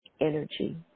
energy